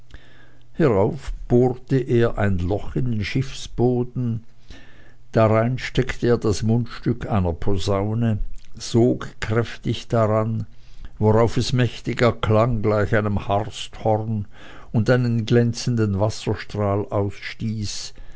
hierauf bohrte er ein loch in den schiffsboden darein steckte er das mundstück einer posaune sog kräftig daran worauf es mächtig erklang gleich einem harsthorn und einen glänzenden wasserstrahl